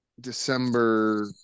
December